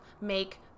make